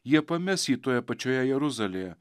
jie pames jį toje pačioje jeruzalėje